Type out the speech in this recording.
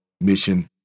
mission